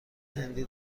هندی